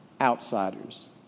outsiders